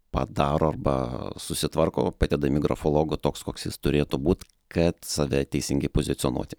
padaro arba susitvarko padedami grafologų toks koks jis turėtų būt kad save teisingai pozicionuoti